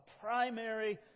primary